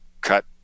cut